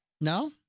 No